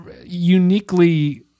uniquely